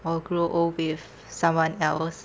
or grow old with someone else